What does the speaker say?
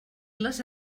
les